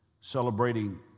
Celebrating